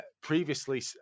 previously